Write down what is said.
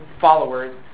followers